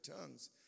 tongues